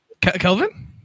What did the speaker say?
Kelvin